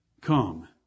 come